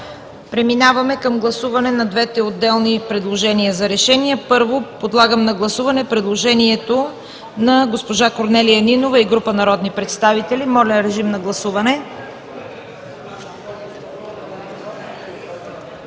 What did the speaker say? Преминаваме към гласуване на двете отделни предложения за решение. Първо, подлагам на гласуване предложението на госпожа Корнелия Нинова и група народни представители. Гласували